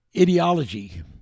ideology